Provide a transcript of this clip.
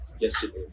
yesterday